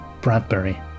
Bradbury